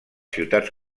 ciutats